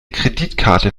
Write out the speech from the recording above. kreditkarte